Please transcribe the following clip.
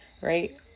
right